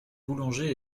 boulangers